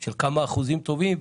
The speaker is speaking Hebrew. של כמה אחוזים טובים,